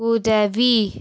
உதவி